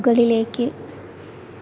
മുകളിലേക്ക്